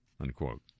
unquote